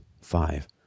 five